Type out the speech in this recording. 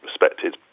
respected